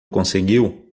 conseguiu